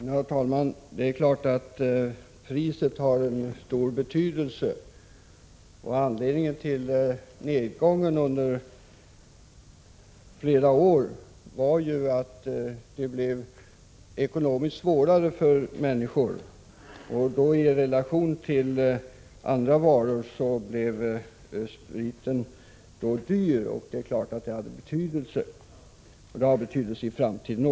Herr talman! Det är klart att priset har stor betydelse. Anledningen till nedgången under flera år var ju bl.a. att det blev dyrare att köpa alkohol — i relation till andra varor blev spriten dyrare. Denna relation har betydelse också i framtiden.